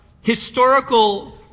historical